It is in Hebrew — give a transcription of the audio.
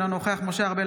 אינו נוכח משה ארבל,